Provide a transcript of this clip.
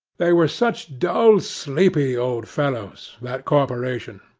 they were such dull sleepy old fellows, that corporation.